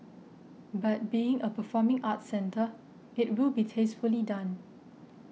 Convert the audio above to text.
but being a performing arts centre it will be tastefully done